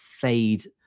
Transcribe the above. fade